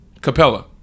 Capella